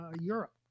Europe